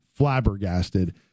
flabbergasted